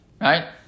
right